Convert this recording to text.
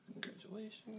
Congratulations